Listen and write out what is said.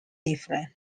different